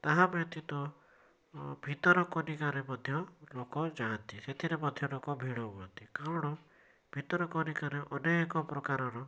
ତାହା ବ୍ୟତୀତ ଭିତରକନିକା ରେ ମଧ୍ୟ ଲୋକ ଯାଆନ୍ତି ସେଥିରେ ମଧ୍ୟ ଲୋକ ଭିଡ଼ି ହୁଅନ୍ତି କାରଣ ଭିତରକନିକା ରେ ଅନେକ ପ୍ରକାରର